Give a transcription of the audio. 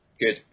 good